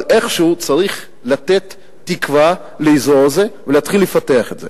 אבל איכשהו צריך לתת תקווה לאזור הזה ולהתחיל לפתח את זה.